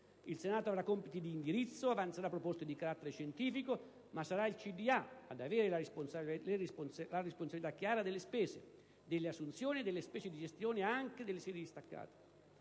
Il senato avrà compiti di indirizzo e avanzerà proposte di carattere scientifico, ma sarà il consiglio di amministrazione ad avere la responsabilità chiara delle spese, delle assunzioni e delle spese di gestione anche delle sedi distaccate.